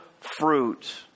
fruit